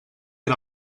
era